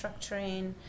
structuring